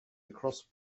across